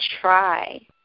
try